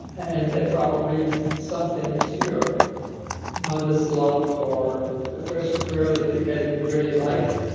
and and probably something is your mother's love or the first girl that you met and you really like,